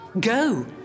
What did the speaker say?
Go